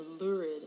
lurid